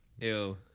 ew